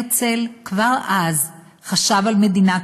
הרצל כבר אז חשב על מדינה,